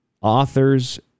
authors